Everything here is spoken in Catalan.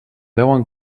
veuen